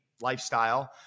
lifestyle